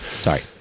Sorry